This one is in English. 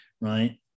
right